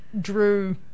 drew